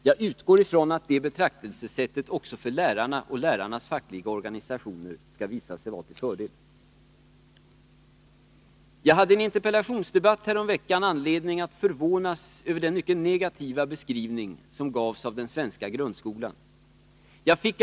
Jag utgår ifrån att detta betraktelsesätt skall visa sig vara till fördel också för lärarna och lärarnas fackliga organisationer. Jag hade i en interpellationsdebatt häromveckan anledning att förvånas över den mycket negativa beskrivning av den svenska grundskolan som gavs.